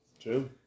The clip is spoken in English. True